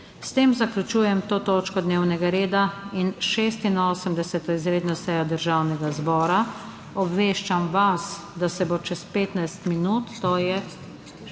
S tem zaključujem to točko dnevnega reda in 86. izredno sejo Državnega zbora. Obveščam vas, da se bo čez 15 minut, to je